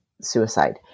suicide